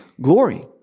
glory